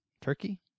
Turkey